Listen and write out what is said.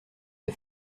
des